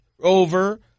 over